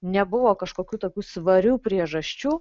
nebuvo kažkokių tokių svarių priežasčių